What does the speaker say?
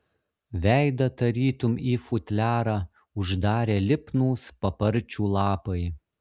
veidą tarytum į futliarą uždarė lipnūs paparčių lapai